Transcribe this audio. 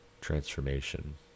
transformation